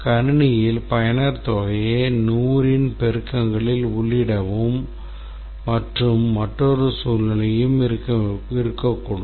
கணினியில் பயனர் தொகையை 100 இன் பெருக்கங்களில் உள்ளிடவும் என்று மற்றொரு சூழ்நிலை இருக்கக்கூடும்